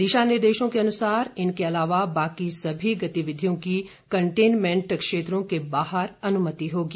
दिशानिर्देशों के अनुसार इनके अलावा बाकी सभी गतिविधियों की कंटेनमेंट क्षेत्रों के बाहर अनुमति होगी